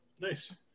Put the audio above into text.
Nice